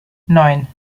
neun